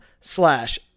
slash